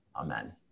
Amen